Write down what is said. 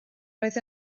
roedd